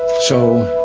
so,